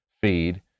feed